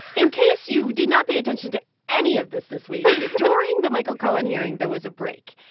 in case you did not pay attention to any of this this week, during the michael cohen hearing, there was a break.